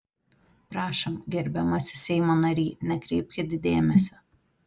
prašom gerbiamasis seimo nary nekreipkit dėmesio